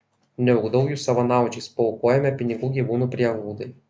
neugdau jų savanaudžiais paaukojame pinigų gyvūnų prieglaudai